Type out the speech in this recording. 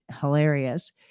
hilarious